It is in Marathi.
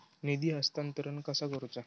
निधी हस्तांतरण कसा करुचा?